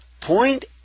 point